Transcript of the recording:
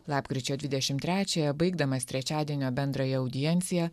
lapkričio dvidešim trečiąją baigdamas trečiadienio bendrąją audienciją